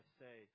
say